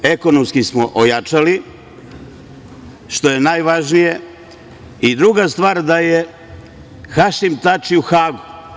Ekonomski smo ojačali, što je najvažnije, i druga stvar je da je Hašim Tači u Hagu.